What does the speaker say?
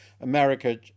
America